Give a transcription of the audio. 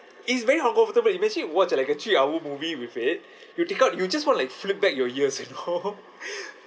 it's very uncomfortable imagine you watch like a three hour movie with it you take out you just want to like flip back your ears you know